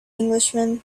englishman